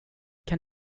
kan